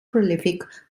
prolific